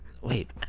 Wait